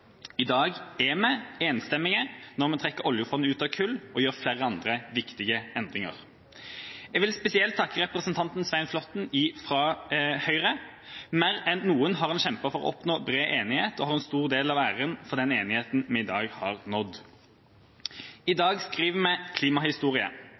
I dag er vi enstemmige når vi trekker oljefondet ut av kull og gjør flere andre viktige endringer. Jeg vil spesielt takke representanten Svein Flåtten fra Høyre. Mer enn noen har han kjempet for å oppnå bred enighet, og han har en stor del av æren for den enigheten vi i dag har oppnådd. I dag skriver vi klimahistorie,